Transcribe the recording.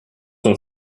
und